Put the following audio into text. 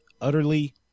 utterly